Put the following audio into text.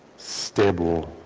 stable